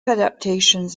adaptations